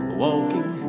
walking